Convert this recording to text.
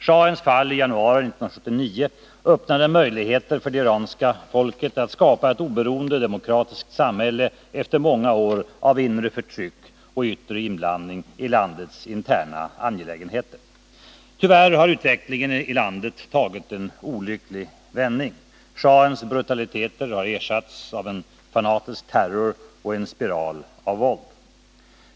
Schahens fall i januari 1979 öppnade möjligheter för det iranska folket att skapa ett oberoende, demokratiskt samhälle efter många år av inre förtryck och yttre inblandning i landets interna angelägenheter. Tyvärr har utvecklingen i landet tagit en olycklig vändning. Schahens brutaliteter har ersatts av en fanatisk terror och en spiral av våld.